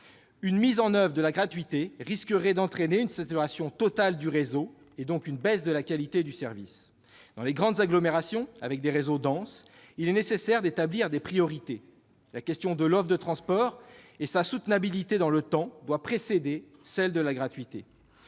une mise en oeuvre de ce principe risquerait d'entraîner une saturation totale du réseau et, donc, une baisse de la qualité du service. Dans les grandes agglomérations qui possèdent des réseaux denses, il est nécessaire d'établir des priorités. Les questions de l'offre de transport et de sa soutenabilité dans le temps doivent prévaloir sur celle de la gratuité.